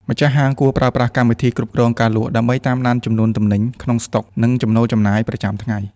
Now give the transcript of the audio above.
ម្ចាស់ហាងគួរប្រើប្រាស់ កម្មវិធីគ្រប់គ្រងការលក់ ដើម្បីតាមដានចំនួនទំនិញក្នុងស្តុក និងចំណូលចំណាយប្រចាំថ្ងៃ។